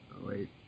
wait